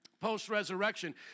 Post-resurrection